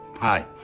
Hi